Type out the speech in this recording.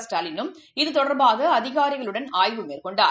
ஸ்டாலினும் இது தொடா்பாகஅதிகாரிகளுடன் ஆய்வு மேற்கொண்டார்